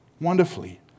wonderfully